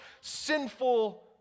sinful